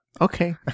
Okay